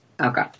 Okay